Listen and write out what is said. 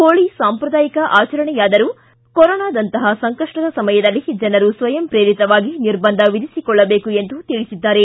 ಹೋಳಿ ಸಾಂಪ್ರದಾಯಿಕ ಆಚರಣೆಯಾದರೂ ಸಹ ಕೊರೊನಾದಂತಪ ಸಂಕಷ್ಷದ ಸಮಯದಲ್ಲಿ ಜನರು ಸ್ವಯಂ ಪ್ರೇರಿತರಾಗಿ ನಿಬರ್ಂಧ ವಿಧಿಸಿಕೊಳ್ಳಬೇಕು ಎಂದು ತಿಳಿಸಿದ್ದಾರೆ